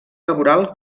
laboral